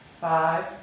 five